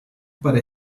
para